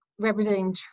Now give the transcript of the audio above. representing